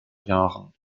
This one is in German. jahren